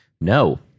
no